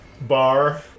bar